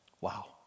Wow